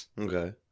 Okay